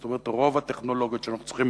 זאת אומרת, רוב הטכנולוגיות שאנחנו צריכים